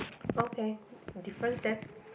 okay that's a difference then